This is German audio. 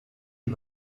die